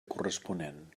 corresponent